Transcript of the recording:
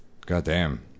Goddamn